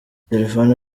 telefone